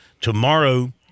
tomorrow